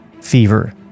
fever